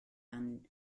ran